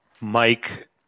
Mike